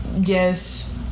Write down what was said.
yes